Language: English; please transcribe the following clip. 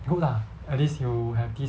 good lah at least you have this